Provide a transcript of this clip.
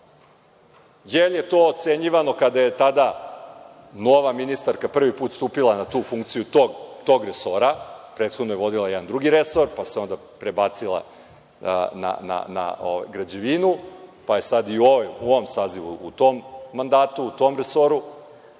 jer je to ocenjivano kada je tada nova ministarka prvi put stupila na tu funkciju tog resora, prethodno je vodila jedan drugi resor, pa se onda prebacila na građevinu, pa je sad i u ovom sazivu u tom mandatu, u tom resoru,